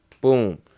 Boom